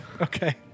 Okay